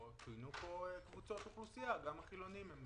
ציינו פה קבוצות אוכלוסייה אז גם החילונים הם חלק מן המדינה.